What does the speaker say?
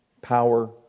power